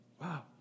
Wow